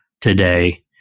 today